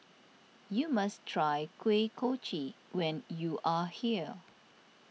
you must try Kuih Kochi when you are here